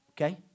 Okay